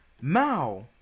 Mao